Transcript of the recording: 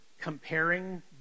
comparing